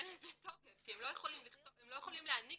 אין לזה תוקף כי הם לא יכולים להעניק